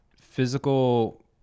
Physical